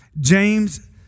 James